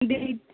bill